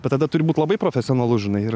bet tada turi būt labai profesionalus žinai ir